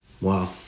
Wow